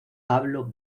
pablo